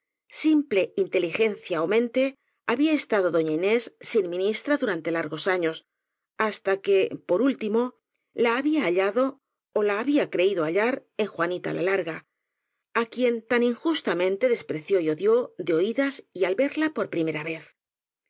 simple in teligencia ó mente había estado doña inés sin mi nistra durante largos años hasta que por último la había hallado ó la había creído hallar en juanita la larga á quien tan injustamente despreció y odió de oídas y al verla por vez